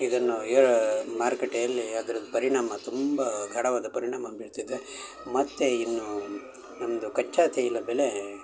ಇದನ್ನು ಯ ಮಾರುಕಟ್ಟೆಯಲ್ಲಿ ಅದ್ರದ್ದು ಪರಿಣಾಮ ತುಂಬ ಗಾಢವಾದ ಪರಿಣಾಮ ಬೀರ್ತಿದೆ ಮತ್ತು ಇನ್ನೂ ನಮ್ಮದು ಕಚ್ಚಾ ತೈಲ ಬೆಲೇ